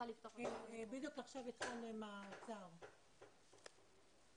(היו"ר דוד ביטן)